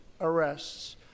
arrests